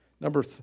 Number